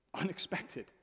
Unexpected